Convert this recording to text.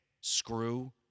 screw